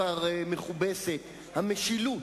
חבר הכנסת בר-און,